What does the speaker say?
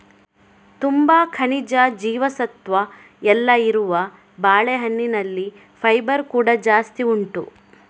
ತುಂಬಾ ಖನಿಜ, ಜೀವಸತ್ವ ಎಲ್ಲ ಇರುವ ಬಾಳೆಹಣ್ಣಿನಲ್ಲಿ ಫೈಬರ್ ಕೂಡಾ ಜಾಸ್ತಿ ಉಂಟು